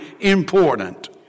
important